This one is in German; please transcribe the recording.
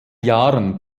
jahren